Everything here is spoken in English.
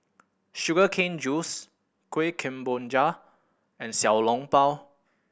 sugar cane juice Kueh Kemboja and Xiao Long Bao